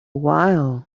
while